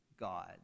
God